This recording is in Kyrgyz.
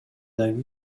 дагы